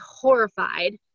horrified